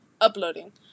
uploading